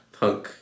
punk